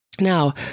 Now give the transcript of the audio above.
now